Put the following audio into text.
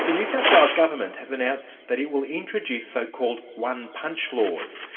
the new south wales government has announced that it will introduce so-called one punch laws.